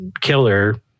killer